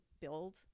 build